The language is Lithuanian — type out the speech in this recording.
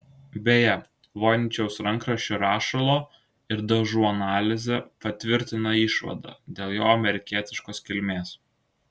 beje voiničiaus rankraščio rašalo ir dažų analizė patvirtina išvadą dėl jo amerikietiškos kilmės